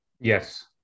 Yes